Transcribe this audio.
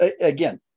again